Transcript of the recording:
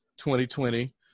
2020